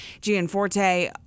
Gianforte